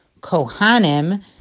Kohanim